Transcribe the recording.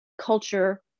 culture